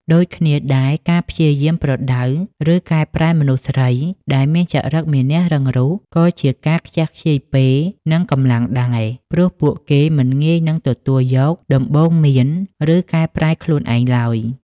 ដូចគ្នាដែរ ការព្យាយាមប្រដៅ ឬកែប្រែមនុស្សស្រីដែលមានចរិតមានះរឹងរូស ក៏ជាការខ្ជះខ្ជាយពេល និងកម្លាំងដែរ ព្រោះពួកគេមិនងាយនឹងទទួលយកដំបូន្មាន ឬកែប្រែខ្លួនឯងឡើយ។